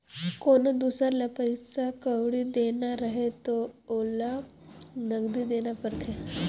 कोनो दुसर ल पइसा कउड़ी देना रहें त ओला नगदी देना परे